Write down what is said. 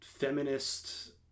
feminist